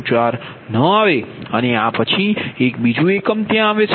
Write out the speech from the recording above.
4 ના આવે અને આ પછી એક બીજું એકમ ત્યાં આવે છે